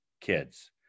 kids